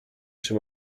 czy